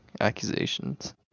accusations